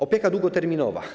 Opieka długoterminowa.